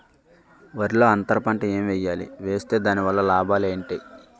వరిలో అంతర పంట ఎం వేయాలి? వేస్తే దాని వల్ల లాభాలు ఏంటి?